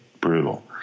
brutal